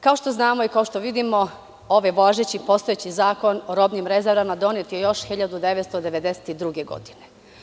Kao što znamo i kao što vidimo, ovaj važeći, postojeći Zakon o robnim rezervama donet je još 1992. godine.